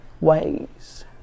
ways